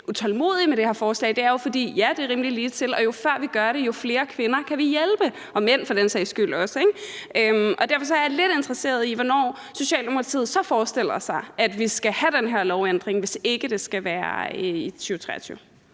er jo, at ja, det er rimelig ligetil, og jo før vi gør det, jo flere kvinder kan vi hjælpe – og også mænd, for den sags skyld. Og derfor er jeg lidt interesseret i at høre, hvornår Socialdemokratiet så forestiller sig, at vi skal have den her lovændring, hvis ikke det skal være i 2023.